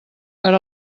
per